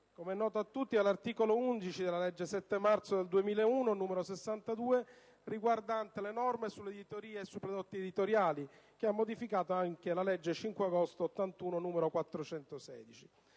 come è noto a tutti - dall'articolo 11 della legge 7 marzo 2001, n. 62, riguardante le norme sull'editoria e sui prodotti editoriali, che ha modificato anche la legge 5 agosto 1981, n. 416.